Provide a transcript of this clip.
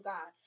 God